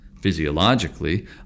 Physiologically